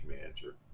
manager